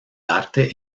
arte